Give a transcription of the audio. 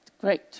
great